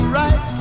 right